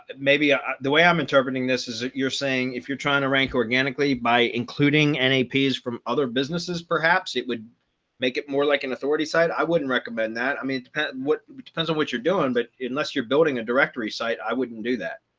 maybe ah the way i'm interpreting this, as you're saying, if you're trying to rank organically by including any piece from other businesses, perhaps it would make it more like an authority site. i wouldn't recommend that. i mean, it depends what depends on what you're doing. but it unless you're building a directory site, i wouldn't do that.